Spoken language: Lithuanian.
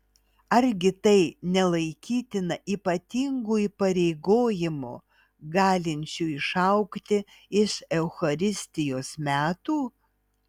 argi tai nelaikytina ypatingu įpareigojimu galinčiu išaugti iš eucharistijos metų